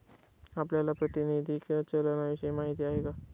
आपल्याला प्रातिनिधिक चलनाविषयी माहिती आहे का?